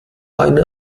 eine